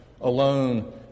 alone